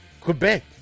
Quebec